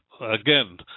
Again